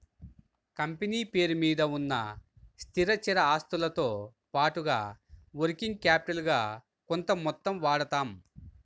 company పేరు మీద ఉన్న స్థిరచర ఆస్తులతో పాటుగా వర్కింగ్ క్యాపిటల్ గా కొంత మొత్తం వాడతాం